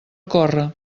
corre